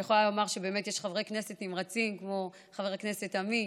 אני יכולה לומר שיש חברי כנסת נמרצים כמו חבר הכנסת עמית